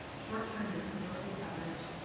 short-term disability coverage,